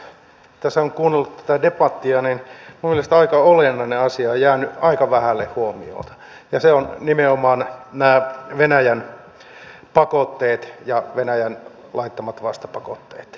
kun tässä on kuunnellut tätä debattia niin minun mielestäni aika olennainen asia on jäänyt aika vähälle huomiolle ja se on nimenomaan venäjän pakotteet ja venäjän laittamat vastapakotteet